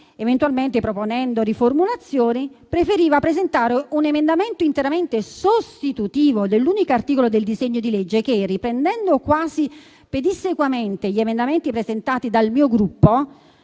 eventualmente proponendo riformulazioni, ha preferito presentare un emendamento interamente sostitutivo dell'unico articolo del disegno di legge che, riprendendo quasi pedissequamente gli emendamenti presentati dal mio Gruppo,